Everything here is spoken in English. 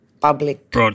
public